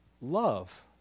love